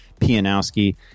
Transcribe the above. Pianowski